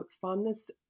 fondness